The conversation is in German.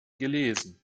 gelesen